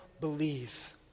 believe